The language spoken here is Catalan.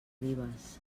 ribes